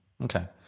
Okay